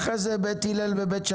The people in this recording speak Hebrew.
הנושא הזה הוא לא ועדת קבלה.